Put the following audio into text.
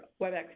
WebEx